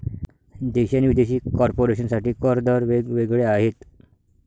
देशी आणि विदेशी कॉर्पोरेशन साठी कर दर वेग वेगळे आहेत